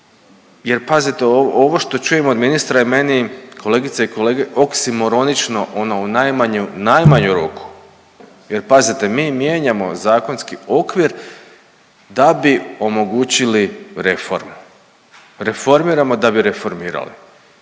Jer pazite ovo što čujem od ministra je meni kolegice i kolege oksimoronično ono u najmanju ruku. Jer pazite mi mijenjamo zakonski okvir da bi omogućili reforme, reformiramo da bi reformirali.